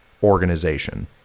organization